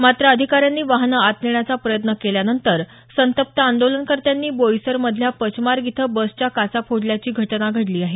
मात्र अधिकाऱ्यांनी वाहनं आत नेण्याचा प्रयत्न केल्यानंतर संतप्त आंदोलनकऱ्यांनी बोईसर मधल्या पचमार्ग इथं बस च्या काचा फोडल्याची घटना घडली आहे